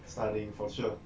studying for sure